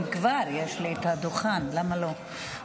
אם כבר יש לי את הדוכן, למה לא?